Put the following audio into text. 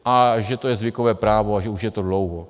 A že to je zvykové právo a že už je to dlouho.